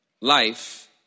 Life